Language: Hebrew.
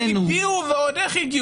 הגיעו, ועוד איך.